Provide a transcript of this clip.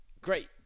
Great